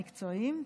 המקצועיים,